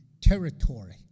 territory